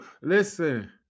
Listen